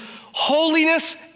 holiness